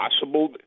possible